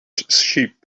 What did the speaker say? sheep